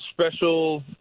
special